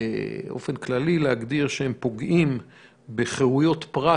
באופן כללי להגדיר שהם פוגעים בחירויות פרט